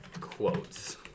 quotes